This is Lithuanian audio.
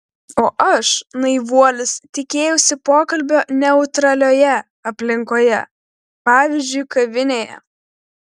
o aš naivuolis tikėjausi pokalbio neutralioje aplinkoje pavyzdžiui kavinėje